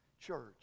church